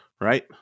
right